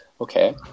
Okay